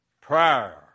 Prayer